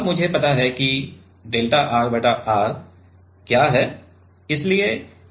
और अब मुझे पता है कि डेल्टा R बटा R क्या है